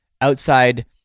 outside